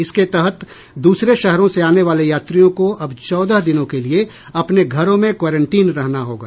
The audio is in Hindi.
इसके तहत दूसरे शहरों से आने वाले यात्रियों को अब चौदह दिनों के लिए अपने घरों में क्वारेंटीन रहना होगा